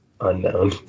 unknown